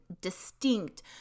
distinct